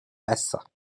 lhassa